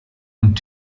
und